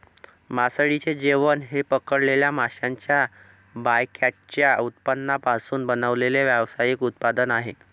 मासळीचे जेवण हे पकडलेल्या माशांच्या बायकॅचच्या उत्पादनांपासून बनवलेले व्यावसायिक उत्पादन आहे